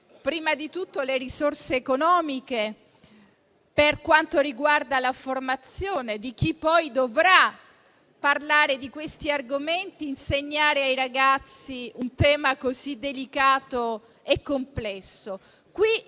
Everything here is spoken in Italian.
prima di tutto mettere le risorse economiche, per quanto riguarda la formazione di chi poi dovrà parlare di questi argomenti e insegnare ai ragazzi un tema così delicato e complesso. Qui,